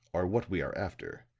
are what we are after.